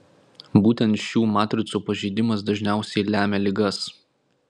būtent šių matricų pažeidimas dažniausiai lemia ligas